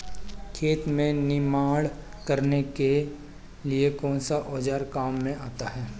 खेत में निनाण करने के लिए कौनसा औज़ार काम में आता है?